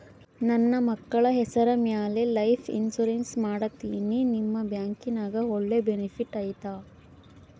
ನನ್ನ ಮಕ್ಕಳ ಹೆಸರ ಮ್ಯಾಲೆ ಲೈಫ್ ಇನ್ಸೂರೆನ್ಸ್ ಮಾಡತೇನಿ ನಿಮ್ಮ ಬ್ಯಾಂಕಿನ್ಯಾಗ ಒಳ್ಳೆ ಬೆನಿಫಿಟ್ ಐತಾ?